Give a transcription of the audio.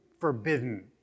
forbidden